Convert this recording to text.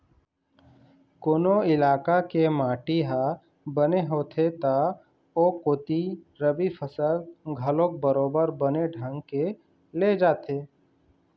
कोनो इलाका के माटी ह बने होथे त ओ कोती रबि फसल घलोक बरोबर बने ढंग के ले जाथे